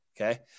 okay